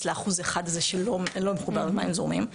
לאחוז האחד הזה שלא מחובר למים זורמים,